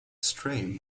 strain